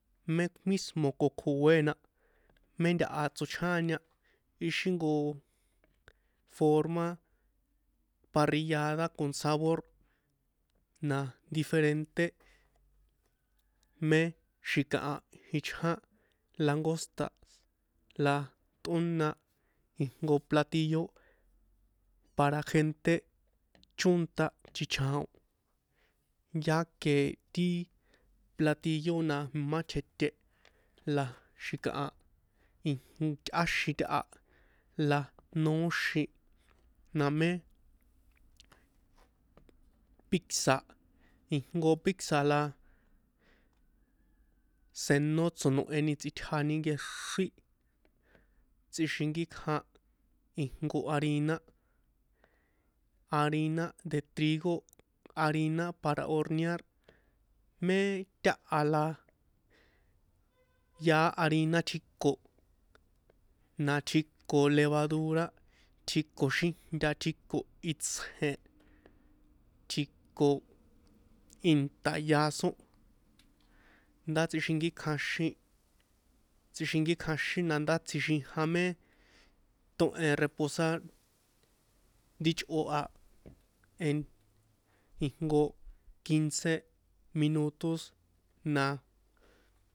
Mé mísmo̱ ko̱kjoe̱ na mé ntaha tsochjáña ixi jnko forma parrillada con sabor na diferente mé xi̱kaha ichján langosta la tꞌóna ijnko platillo para gente chónta chichaon yaque ti platillo na imá tjete la xi̱kaha ijn yꞌáxin taha la noóxin na mé pizza ijnko pizza la senó tso̱noheni tsꞌitjani nkexrín tsixinkíkjan ijnko harina harina de trigo harina para hornear mé taha la yaá harina tjiko na tjikoo levadura tjiko xíjnta tjiko itsje̱n tjiko inta yasó nda tsixinkíkjanxín tsixinkíkjanxín nandá tsjixijan na mé tóhen reposar ri ichrꞌo a en ijnko quince minutos na.